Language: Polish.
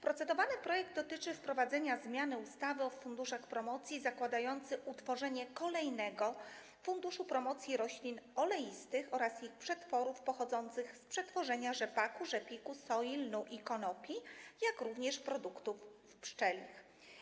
Procedowany projekt dotyczy wprowadzenia zmiany ustawy o funduszach promocji zakładający utworzenie Funduszu Promocji Roślin Oleistych oraz ich przetworów pochodzących z przetworzenia rzepaku, rzepiku, soi, lnu i konopi, jak również produktów pszczelich.